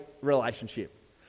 relationship